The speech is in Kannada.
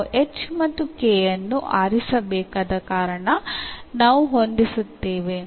ನಾವು h ಮತ್ತು k ಅನ್ನು ಆರಿಸಬೇಕಾದ ಕಾರಣ ನಾವು ಹೊಂದಿಸುತ್ತೇವೆ